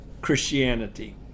christianity